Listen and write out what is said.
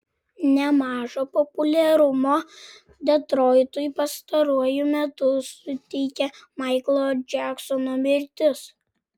nemažo populiarumo detroitui pastaruoju metu suteikė maiklo džeksono mirtis